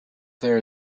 there